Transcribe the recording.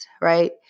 right